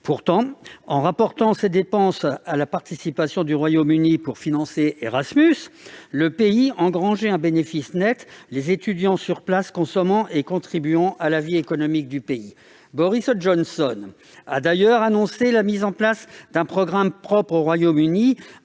Pourtant, en rapportant ces dépenses à la participation du Royaume-Uni pour financer Erasmus, le pays engrangeait un bénéfice net, les étudiants étrangers consommant sur place et contribuant à la vie économique du pays. Boris Johnson a d'ailleurs annoncé la mise en place d'un programme propre au Royaume-Uni,